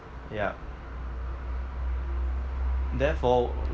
yup therefore